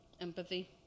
Empathy